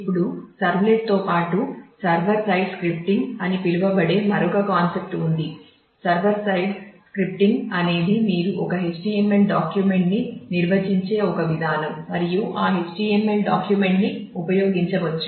ఇప్పుడు సర్వ్లెట్తో పాటు సర్వర్ సైడ్ స్క్రిప్టింగ్ నేరుగా ఉపయోగించవచ్చు